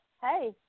Hey